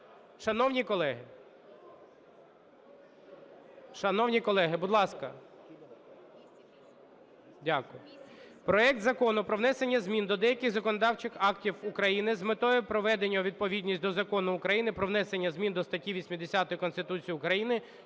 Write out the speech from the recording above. Шановні колеги, будь ласка. Дякую. Проект Закону про внесення змін до деяких законодавчих актів України з метою приведення у відповідність до Закону України "Про внесення змін до статті 80 Конституції України